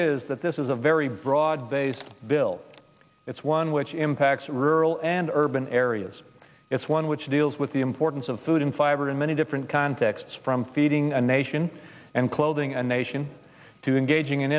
is that this is a very broad based bill it's one which impacts rural and urban areas it's one which deals with the importance of food and fiber in many different contexts from feeding a nation and clothing a nation to engaging